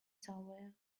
somewhere